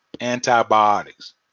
antibiotics